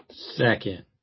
Second